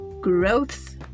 growth